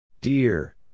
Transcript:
Dear